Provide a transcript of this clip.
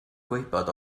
gwybod